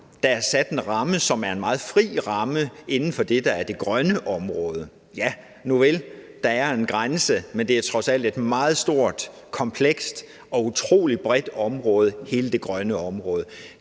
der er sat en ramme, som er meget fri, inden for det, der er det grønne område. Ja nuvel, der er en grænse, men hele det grønne område er trods alt meget stort, komplekst og utrolig bredt. Det synes vi skal være